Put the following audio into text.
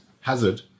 Hazard